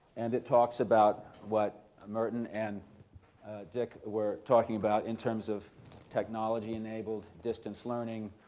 and it talks about what merton and dick were talking about in terms of technology-enabled distance learning.